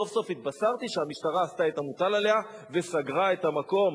סוף-סוף התבשרתי שהמשטרה עשתה את המוטל עליה וסגרה את המקום.